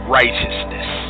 righteousness